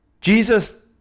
jesus